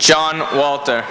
john walter